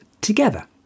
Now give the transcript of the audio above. together